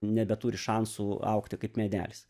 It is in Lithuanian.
nebeturi šansų augti kaip medelis